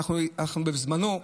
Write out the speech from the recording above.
בזמנו,